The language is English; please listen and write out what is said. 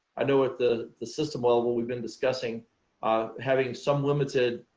i know it the the system level we've been discussing ah having some limited